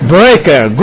Breaker